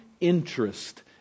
interest